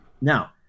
Now